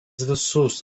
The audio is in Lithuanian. visus